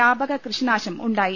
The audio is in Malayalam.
വ്യാപക കൃഷിനാശം ഉണ്ടായി